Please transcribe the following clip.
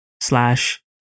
slash